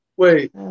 Wait